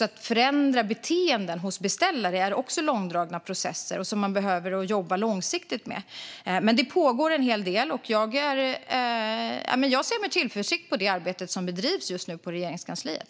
Att förändra beteenden hos beställare är också långdragna processer som man behöver jobba långsiktigt med. Det pågår en hel del arbete, och jag ser med tillförsikt på det arbete som bedrivs just nu på Regeringskansliet.